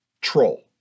Troll